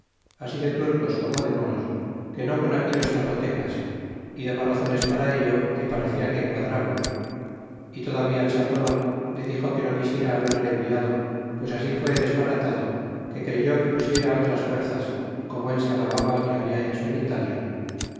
asá de turcos como de moros que no con aquellos zapotecas y daba razones para ello que parecia que quadraban y todavía el sandoval le dixo que no quisiera haberle enviado pues así fué desbaratado que creyó que pusiera otras fuerzas como él se alababa que habla hecho en italia